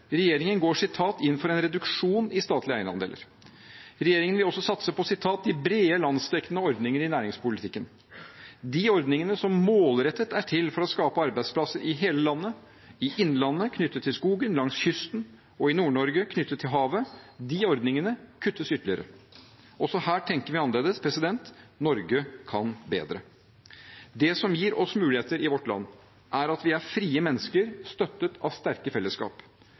Regjeringen går inn for en «reduksjon i statlige eierandeler». Regjeringen vil også satse på «de brede landsdekkende ordningene» i næringspolitikken. De ordningene som målrettet er til for å skape arbeidsplasser i hele landet – i innlandet knyttet til skogen, langs kysten og i Nord-Norge knyttet til havet – kuttes ytterligere. Også her tenker vi annerledes. Norge kan bedre. Det som gir oss muligheter i vårt land, er at vi er frie mennesker støttet av sterke fellesskap,